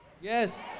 yes